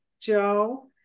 Joe